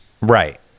Right